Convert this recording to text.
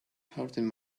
hurting